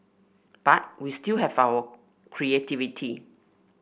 but we still have our creativity